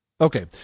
Okay